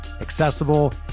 accessible